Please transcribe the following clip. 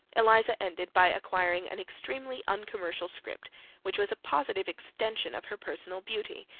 eliza ended by acquiring an extremely uncommercial script which was a positive extension of her personal beauty,